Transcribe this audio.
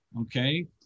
Okay